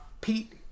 Pete